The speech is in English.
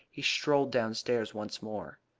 he strolled downstairs once more.